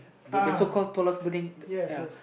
the the so call tallest building ya